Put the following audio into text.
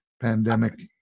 pandemic